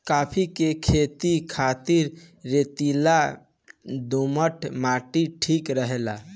काफी के खेती खातिर रेतीला दोमट माटी ठीक रहेला